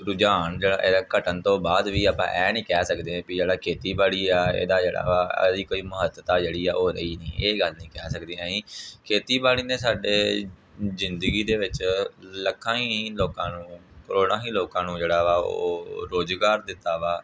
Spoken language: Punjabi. ਰੁਝਾਨ ਜਿਹੜਾ ਇਹਦਾ ਘੱਟਣ ਤੋਂ ਬਾਦ ਵੀ ਆਪਾਂ ਇਹ ਨਹੀਂ ਕਹਿ ਸਕਦੇ ਵੀ ਜਿਹੜਾ ਖੇਤੀਬਾੜੀ ਆ ਇਹਦਾ ਜਿਹੜਾ ਵਾ ਇਹਦੀ ਕੋਈ ਮਹੱਤਤਾ ਜਿਹੜੀ ਹੈ ਉਹ ਰਹੀ ਨਹੀਂ ਇਹ ਗੱਲ ਨਹੀਂ ਕਹਿ ਸਕਦੇ ਅਸੀਂ ਖੇਤੀਬਾੜੀ ਨੇ ਸਾਡੇ ਜ਼ਿੰਦਗੀ ਦੇ ਵਿੱਚ ਲੱਖਾਂ ਹੀ ਲੋਕਾਂ ਨੂੰ ਕਰੋੜਾਂ ਹੀ ਲੋਕਾਂ ਨੂੰ ਜਿਹੜਾ ਵਾ ਉਹ ਰੁਜ਼ਗਾਰ ਦਿੱਤਾ ਵਾ